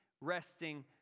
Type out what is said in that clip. resting